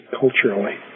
culturally